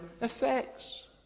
effects